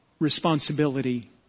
Responsibility